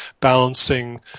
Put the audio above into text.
balancing